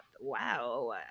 Wow